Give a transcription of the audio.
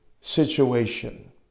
situation